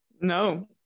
No